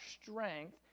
strength